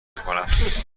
میکنم